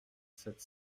sept